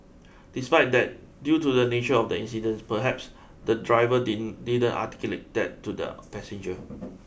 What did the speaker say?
despite that due to the nature of the incident perhaps the driver did didn't articulate that to the passenger